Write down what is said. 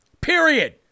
period